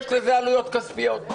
יש עלויות כספיות.